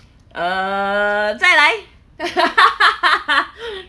err 再来